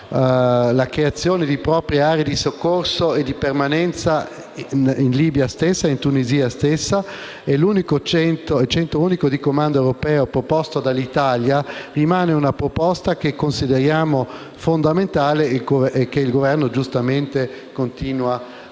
la creazione di aree di soccorso e di permanenza in Libia e in Tunisia. Il Centro unico di comando europeo proposto dall'Italia rimane una proposta che consideriamo fondamentale che il Governo, giustamente, continua a